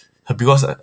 because